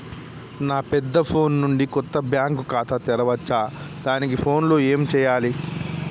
నా పెద్ద ఫోన్ నుండి కొత్త బ్యాంక్ ఖాతా తెరవచ్చా? దానికి నా ఫోన్ లో ఏం చేయాలి?